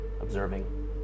observing